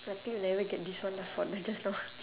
lucky we never get this one from the just now